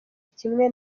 kimwe